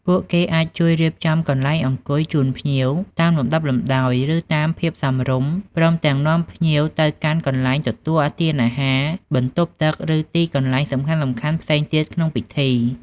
ពួកគេអាចជួយ រៀបចំកន្លែងអង្គុយ ជូនភ្ញៀវតាមលំដាប់លំដោយ ឬតាមភាពសមរម្យ ព្រមទាំង នាំផ្លូវភ្ញៀវ ទៅកាន់កន្លែងទទួលទានអាហារ បន្ទប់ទឹក ឬទីកន្លែងសំខាន់ៗផ្សេងទៀតក្នុងពិធី។